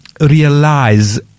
realize